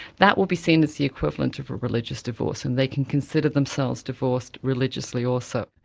that will be seen as the equivalent of a religious divorce, and they can consider themselves divorced religiously also.